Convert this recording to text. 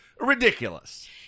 ridiculous